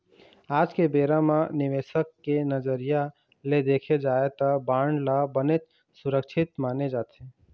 आज के बेरा म निवेसक के नजरिया ले देखे जाय त बांड ल बनेच सुरक्छित माने जाथे